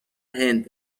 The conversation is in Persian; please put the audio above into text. هند